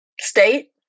State